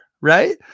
right